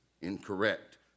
incorrect